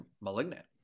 Malignant